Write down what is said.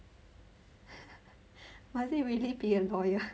must it really be a lawyer